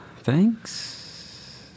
Thanks